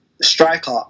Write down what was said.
Striker